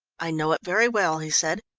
i know it very well, he said.